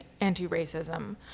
anti-racism